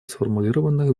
сформулированных